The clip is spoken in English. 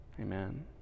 Amen